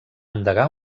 endegar